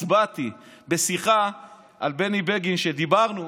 הצבעתי בשיחה על בני בגין כשדיברנו,